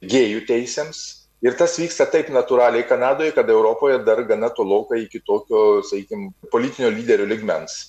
gėjų teisėms ir tas vyksta taip natūraliai kanadoj kad europoje dar gana tolokai iki tokio sakykim politinio lyderio lygmens